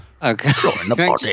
Okay